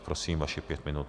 Prosím, vašich pět minut.